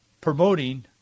promoting